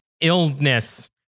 illness